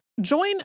Join